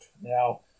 Now